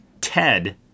Ted